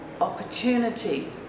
opportunity